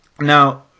now